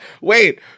Wait